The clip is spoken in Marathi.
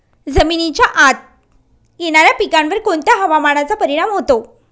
जमिनीच्या आत येणाऱ्या पिकांवर कोणत्या हवामानाचा परिणाम होतो?